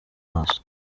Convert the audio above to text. amaso